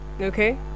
Okay